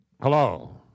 Hello